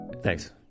thanks